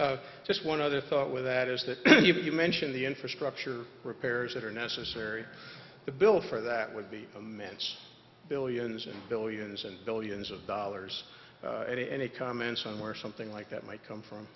was just one other thought with that is that you mentioned the infrastructure repairs that are necessary the bill for that would be manage billions and billions and billions of dollars at any comments on where something like that might come from